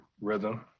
rhythm